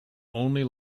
only